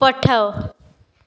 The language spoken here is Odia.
ପଠାଅ